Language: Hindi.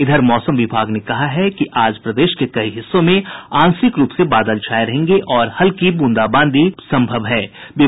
इधर मौसम विभाग ने कहा है कि आज प्रदेश के कई हिस्सों में आंशिक रूप से बादल छाये रहेंगे और हल्की ब्रंदाबांदी की सम्भावना बनी हुई है